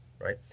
right